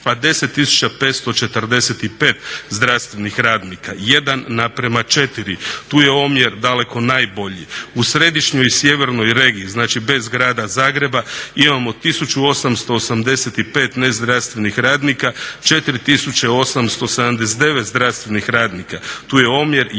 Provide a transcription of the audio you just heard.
a 10545 zdravstvenih radnika 1:4, tu je omjer daleko najbolji. U središnjoj i sjevernoj regiji znači bez grada Zagreba imamo 1885 ne zdravstvenih radnika, 4879 zdravstvenih radnika, tu je omjer 1:3,5